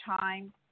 time